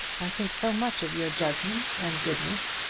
i think so much of your judgment and goodness,